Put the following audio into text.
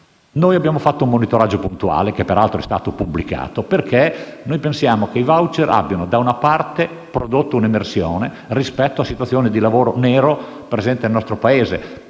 Abbiamo fatto un monitoraggio puntuale, che peraltro è stato pubblicato, perché pensiamo che i *voucher* abbiano prodotto un'emersione rispetto a situazioni di lavoro nero presenti nel nostro Paese;